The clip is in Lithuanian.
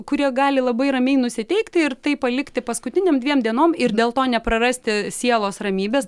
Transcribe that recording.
kurie gali labai ramiai nusiteikti ir tai palikti paskutinėm dviem dienom ir dėl to neprarasti sielos ramybės